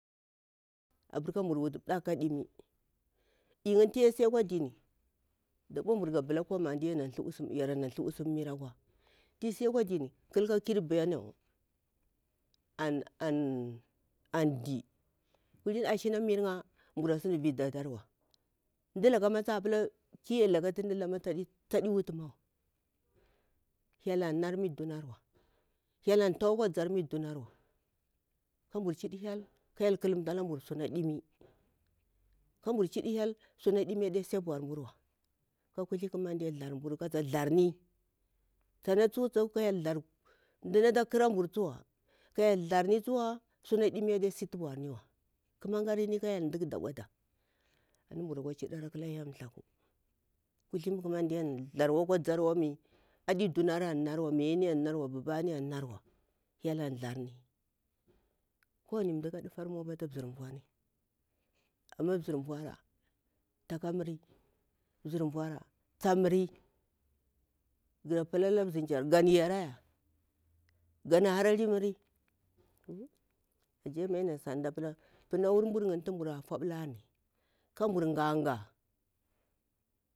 Abur ka mburu wutu ɗak da dimi iyinni tu yasi akwa dini tunka kir bello an di kulini ashina miringa mbura sin data ri wa mdalaka ki var laka tu mda lama ta pila taɗi wutu mawa hyellan nar wami dunarwa hyel an tau akwa zar wami dunarwa kabur chidi hyel kahyel ƙalumta lamburu su ɗimi ade si a ɓau burwa ka kuthi ƙamade tharni kata tharmbun mda nata ƙarabur tsuwa ka hyel thami adesi abaurniwa ƙamangani ka hyel lukwa daɗau da taƙe si a baurniwa kuthi ƙamande an vukwa tharri wami mayari an narwa buba ni an narwa kowani mda ka hyel tharni amma mzir vura tsaka miri mzir yura tsa miri ga pilala zim kyar gan yara ya gana hara li mri maina mai sanda pula punaum burni tu mbura fauɓalarini kambur gahgah.